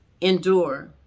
endure